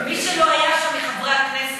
מי שלא היה שם מחברי הכנסת,